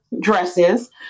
dresses